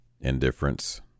indifference